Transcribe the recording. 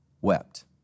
wept